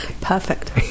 Perfect